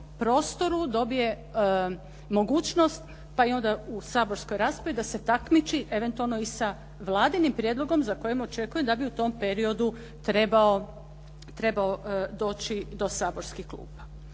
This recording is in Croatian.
prostoru dobije mogućnost, pa i onda u saborskoj raspravi da se takmiči eventualno i sa vladinim prijedlogom za kojeg očekujem da bi u tom periodu trebao doći do saborskih klupa.